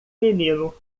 menino